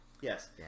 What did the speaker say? Yes